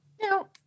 no